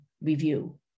review